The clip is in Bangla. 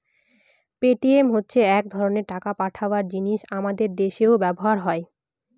পেটিএম হচ্ছে এক ধরনের টাকা পাঠাবার জিনিস আমাদের দেশেও ব্যবহার হয়